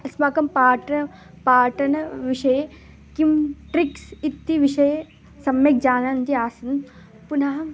अस्माकं पाठं पाठनविषये किं ट्रिक्स् इति विषये सम्यक् जानन्तः आसन् पुनः